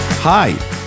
Hi